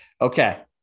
okay